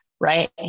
Right